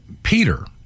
Peter